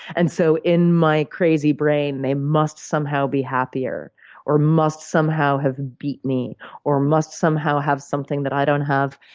and so, in my crazy brain, they must somehow be happier or must somehow have beat me or must somehow have something that i don't have.